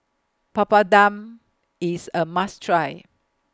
Papadum IS A must Try